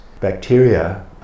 bacteria